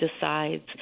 decides